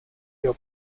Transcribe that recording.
your